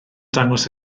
dangos